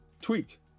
Tweet